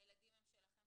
הילדים הם שלכם,